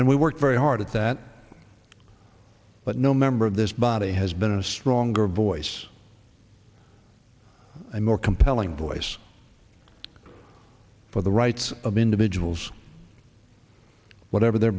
and we work very hard at that but no member of this body has been a stronger voice more compelling voice for the rights of individuals whatever their